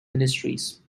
ministries